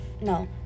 no